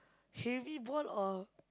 heavy ball or